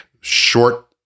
short